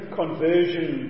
conversion